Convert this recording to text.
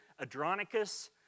Adronicus